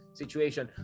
situation